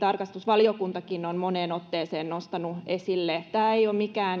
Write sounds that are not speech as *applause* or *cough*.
tarkastusvaliokuntakin on moneen otteeseen nostanut tämän esille tämä ei ole mikään *unintelligible*